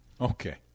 Okay